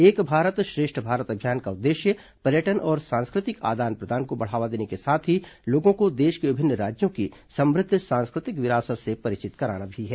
एक भारत श्रेष्ठ भारत अभियान का उद्देश्य पर्यटन और सांस्कृतिक आदान प्रदान को बढ़ावा देने के साथ ही लोगों को देश के विभिन्न राज्यों की समृद्ध सांस्कृतिक विरासत से परिचित कराना भी है